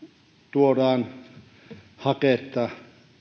tuodaan haketta